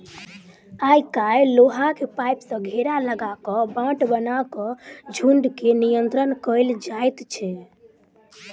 आइ काल्हि लोहाक पाइप सॅ घेरा लगा क बाट बना क झुंड के नियंत्रण कयल जाइत छै